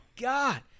God